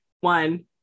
one